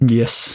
yes